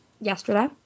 yesterday